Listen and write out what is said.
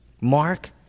Mark